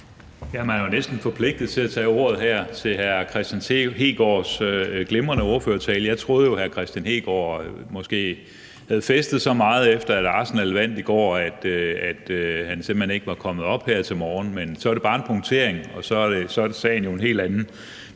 er jo næsten forpligtet til at tage ordet her til hr. Kristian Hegaards glimrende ordførertale. Jeg troede jo, hr. Kristian Hegaard måske havde festet så meget, efter Arsenal vandt i går, at han simpelt hen ikke var kommet op her til morgen, men så var det bare en punktering, og så er sagen jo en helt anden.